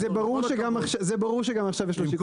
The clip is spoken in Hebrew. זה ברור שגם עכשיו יש לו שיקול